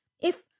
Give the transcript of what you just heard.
If—